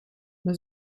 met